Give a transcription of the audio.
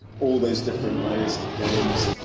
all these different layers, games,